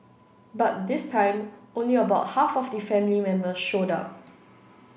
but this time only about half of the family members showed up